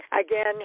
again